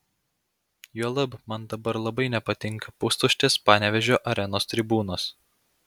juolab man dabar labai nepatinka pustuštės panevėžio arenos tribūnos